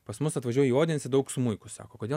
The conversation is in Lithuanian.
pas mus atvažiuoja į odensę daug smuikų sako kodėl